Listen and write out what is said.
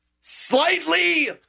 slightly